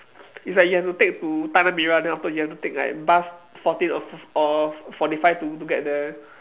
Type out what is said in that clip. it's like you have take to Tanah Merah then after you have to take like bus fourteen or or forty five to to get there